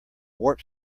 warp